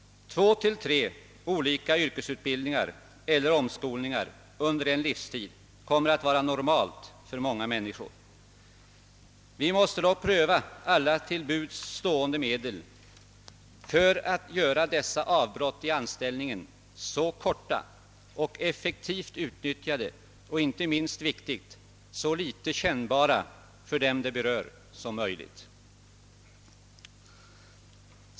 Två till tre olika yrkesutbildningar eller omskolningar under en livstid kommer att vara normalt för många människor. Vi måste dock pröva alla till buds stående möjligheter för att göra dessa avbrott i anställningen så korta och effektivt utnyttjade och — inte minst viktigt — så litet kännbara för dem det berör som möjligt.